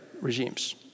regimes